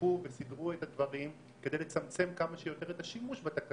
ניפו וסדרו את הדברים כדי לצמצם כמה שיותר את השימוש בתקנות.